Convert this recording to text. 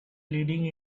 leading